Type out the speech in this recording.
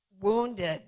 wounded